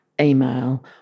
email